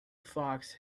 fox